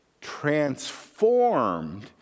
transformed